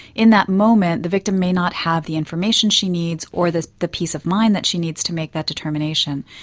in that moment the victim may not have the information she needs or the the peace of mind that she needs to make that determination.